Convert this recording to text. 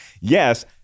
Yes